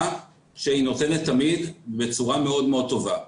שהיא נותנת תמיד בצורה מאוד מאוד טובה.